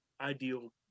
ideal